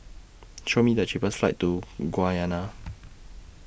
Show Me The cheapest flights to Guyana